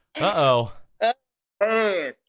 Uh-oh